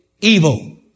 evil